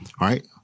right